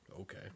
Okay